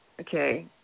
Okay